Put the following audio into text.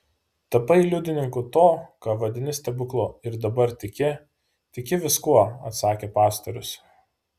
tapai liudininku to ką vadini stebuklu ir dabar tiki tiki viskuo atsakė pastorius